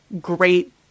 great